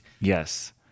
yes